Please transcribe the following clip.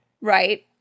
Right